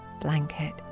blanket